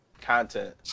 content